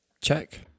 check